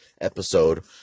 episode